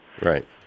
right